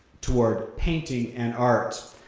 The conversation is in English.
toward painting and art.